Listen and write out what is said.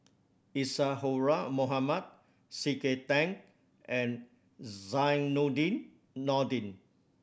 Isadhora Mohamed C K Tang and Zainudin Nordin